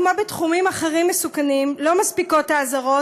כמו בתחומים מסוכנים אחרים לא מספיקות האזהרות